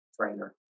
Trainer